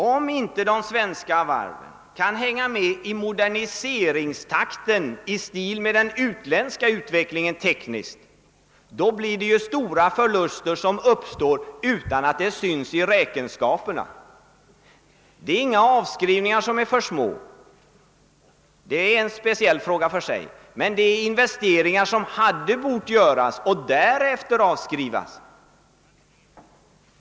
Om inte de svenska varven kan hänga med i den utländska tekniska moderniseringstakten uppstår stora förluster som inte syns i räkenskaperna. Det är inte avskrivningarna som är för små — det är en speciell fråga. Det är i stället fråga om investeringar som hade bort göras och därefter avskrivas.